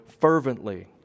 fervently